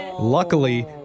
Luckily